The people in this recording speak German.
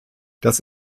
das